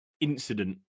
incident